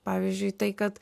pavyzdžiui tai kad